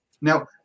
Now